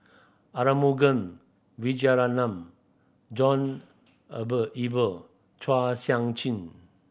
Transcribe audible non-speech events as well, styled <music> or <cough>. Arumugam Vijiaratnam John <unintelligible> Eber Chua Sian Chin